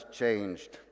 changed